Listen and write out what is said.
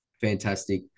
Fantastic